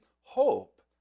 Hope